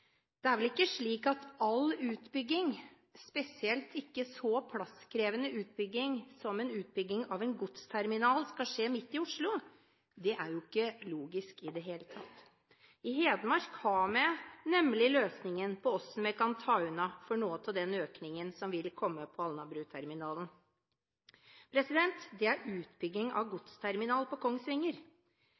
Det er vel ikke slik at all utbygging, spesielt ikke så plasskrevende utbygging som en utbygging av en godsterminal, skal skje midt i Oslo. Det er ikke logisk i det hele tatt. I Hedmark har vi nemlig løsningen på hvordan vi kan ta unna for noe av den økningen som vil komme på Alnabruterminalen. Det er utbygging av godsterminal på Kongsvinger.